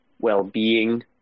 well-being